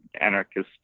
anarchist